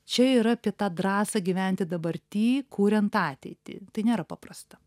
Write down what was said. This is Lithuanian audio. čia yra apie tą drąsą gyventi dabarty kuriant ateitį tai nėra paprasta